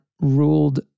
ruled